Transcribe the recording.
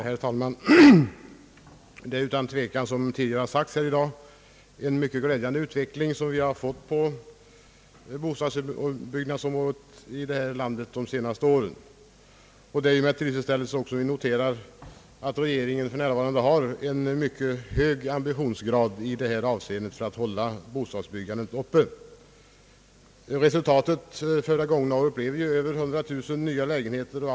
Herr talman! Som tidigare har sagts här i dag är det utan tvekan en mycket glädjande utveckling som vi haft på bostadsbyggnadsområdet under de senaste åren. Det är också med tillfredsställelse vi noterar att regeringen för närvarande har en mycket hög ambitionsgrad när det gäller att hålla bostadsbyggandet uppe. Resultatet har ju blivit över 100 000 nya lägenheter förra året.